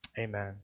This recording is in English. Amen